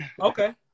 Okay